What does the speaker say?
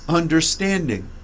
understanding